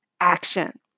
action